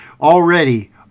Already